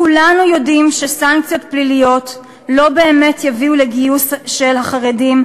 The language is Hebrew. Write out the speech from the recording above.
כולנו יודעים שסנקציות פליליות לא באמת יביאו לגיוס של החרדים,